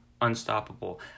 unstoppable